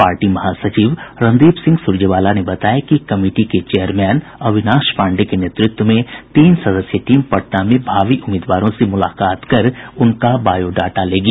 party महासचिव रणदीप सिंह सुरजेवाला ने बताया कि कमिटी के चेयरमैन अविनाश पाण्डेय के नेतृत्व में तीन सदस्यीय टीम पटना में भावी उम्मीदवारों से मुलाकात कर उनका बायोडाटा लेगी